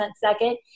second